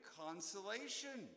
consolation